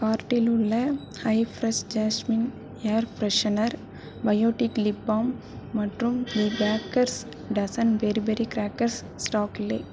கார்ட்டில் உள்ள hi fresh jasmine air freshener Biotique lip balm மற்றும் the bakers dozen peri peri crackers stock இல்லை